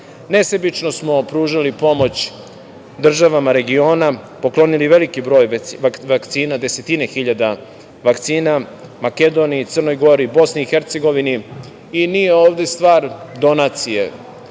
građana. Nesebično smo pružali pomoć državama regiona, poklonili veliki broj vakcina, desetina hiljada vakcina, Makedoniji, Crnoj Gori, BiH i nije ovde stvar donacije